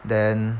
then